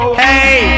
hey